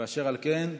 אשר על כן,